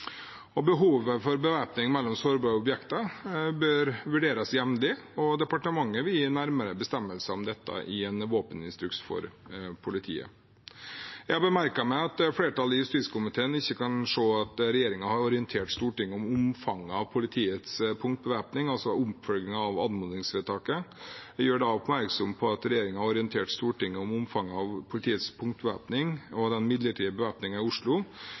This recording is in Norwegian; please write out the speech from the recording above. Behovet for bevæpning mellom sårbare objekter bør vurderes jevnlig, og departementet vil gi nærmere bestemmelser om dette i en våpeninstruks for politiet. Jeg har merket meg at flertallet i justiskomiteen ikke kan se at regjeringen har orientert Stortinget om omfanget av politiets punktbevæpning, altså oppfølgingen av anmodningsvedtaket. Jeg gjør da oppmerksom på at regjeringen har orientert Stortinget om omfanget av politiets punktbevæpning og den midlertidige bevæpningen i Oslo